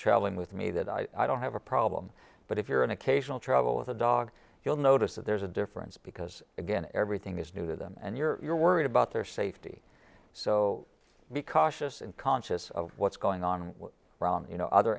traveling with me that i don't have a problem but if you're an occasional trouble with a dog you'll notice that there's a difference because again everything is new to them and you're worried about their safety so because just conscious of what's going on around you know other